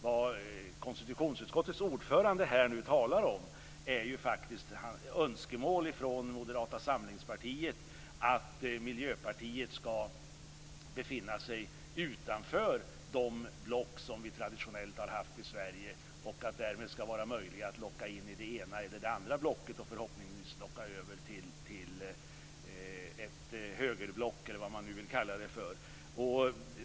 Vad konstitutionsutskottets ordförande nu talar om är ett önskemål från Moderata samlingspartiet att Miljöpartiet ska befinna sig utanför de block som vi traditionellt har haft i Sverige och att det därmed ska vara möjligt att locka in Miljöpartiet i det ena eller andra blocket - förhoppningsvis locka över det till ett högerblock, eller vad man nu vill kalla det.